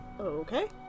Okay